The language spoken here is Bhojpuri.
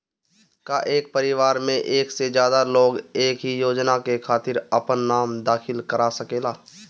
का एक परिवार में एक से ज्यादा लोग एक ही योजना के खातिर आपन नाम दाखिल करा सकेला?